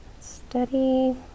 steady